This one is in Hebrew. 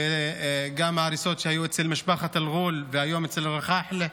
גם ההריסות שהיו אצל משפחת אל-ע'ול והיום אצל אל-רחאחלה,